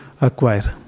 acquire